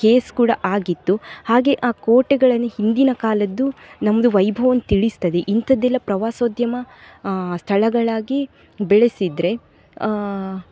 case ಕೂಡ ಆಗಿತ್ತು ಹಾಗೇ ಆ ಕೋಟೆಗಳನ್ನು ಹಿಂದಿನ ಕಾಲದ್ದು ನಮ್ಮದು ವೈಭವನ ತಿಳಿಸ್ತದೆ ಇಂಥದ್ದೆಲ್ಲ ಪ್ರವಾಸೋದ್ಯಮ ಸ್ಥಳಗಳಾಗಿ ಬೆಳೆಸಿದರೆ